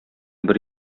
бер